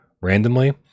randomly